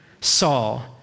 Saul